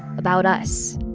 about us.